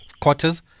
quarters